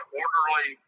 orderly